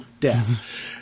death